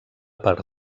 per